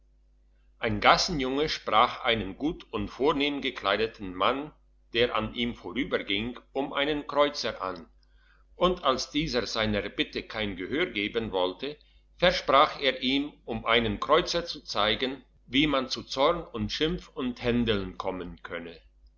ein gassenjunge sprach einen gut und vornehm gekleideten mann der an ihm vorbeiging um einen kreuzer an und als dieser seiner bitte kein gehör geben wollte versprach er ihm um einen kreuzer zu zeigen wie man zu zorn und schimpf und händeln kommen könne